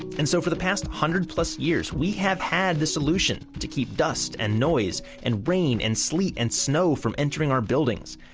and so for the past one hundred plus years, we have had the solution to keep dust and noise and rain and sleet and snow from entering our buildings.